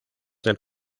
del